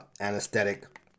anesthetic